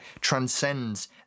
transcends